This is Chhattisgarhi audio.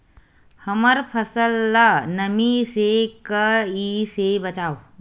हमर फसल ल नमी से क ई से बचाबो?